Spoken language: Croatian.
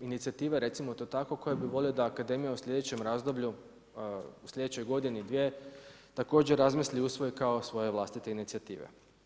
inicijative recimo to tako, koje bi volio da akademija u slijedećem razdoblju, u sljedećoj godini, dvije, također razmisli i usvoji kao svoja vlastita inicijativa.